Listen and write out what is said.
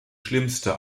schlimmste